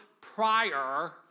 prior